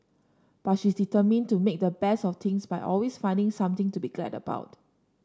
but she is determined to make the best of things by always finding something to be glad about